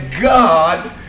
God